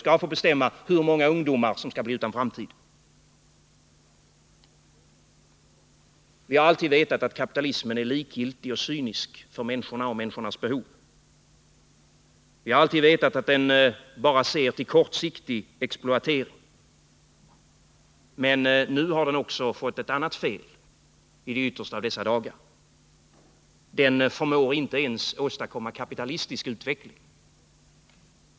Skall de få bestämma hur många ungdomar som skall bli utan framtid? Vi har alltid vetat att kapitalismen är likgiltig och cynisk när det gäller människorna och människornas behov. Vi har alltid vetat att den bara ser till kortsiktig exploatering, men nu har den i de yttersta av dessa dagar fått ytterligare ett fel: den förmår inte ens åstadkomma kapitalistisk utveckling.